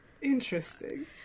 interesting